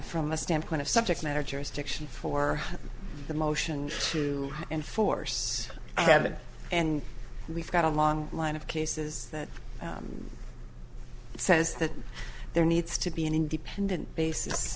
from the standpoint of subject matter jurisdiction for the motion to enforce and have it and we've got a long line of cases that says that there needs to be an independent basis